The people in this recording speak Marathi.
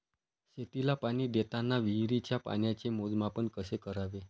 शेतीला पाणी देताना विहिरीच्या पाण्याचे मोजमाप कसे करावे?